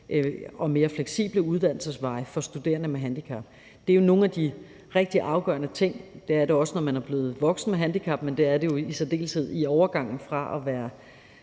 og mere fleksible uddannelsesveje for studerende med handicap. Det er nogle af de rigtig afgørende ting – det er det også, når man er blevet voksen med handicap, men det er det jo i særdeleshed i overgangen fra at være